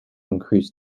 increased